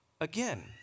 again